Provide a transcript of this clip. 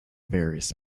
various